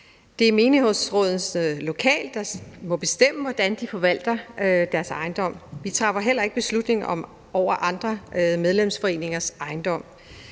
Det er menighedsrådene lokalt, der må bestemme, hvordan de forvalter deres ejendom. Vi træffer heller ikke beslutning om andre medlemsforeningers ejendom.